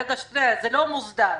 זה לא מוסדר.